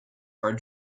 are